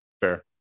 fair